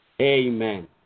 Amen